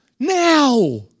Now